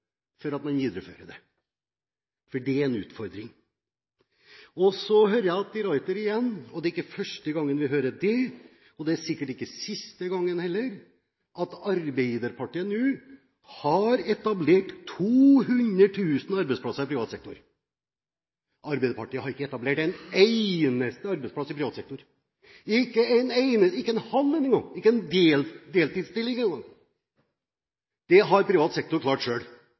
ganger før man viderefører, for det er en utfordring. Så hører jeg at de Ruiter igjen – ikke for første gang, og sikkert heller ikke for siste gang – sier at Arbeiderpartiet nå har etablert 200 000 arbeidsplasser i privat sektor. Arbeiderpartiet har ikke etablert en eneste arbeidsplass i privat sektor – ikke en halv en engang, ikke en deltidsstilling engang. Det har privat sektor klart